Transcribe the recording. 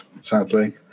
sadly